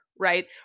right